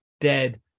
dead